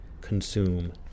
consume